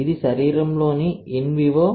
ఇది శరీరంలోని in Vivo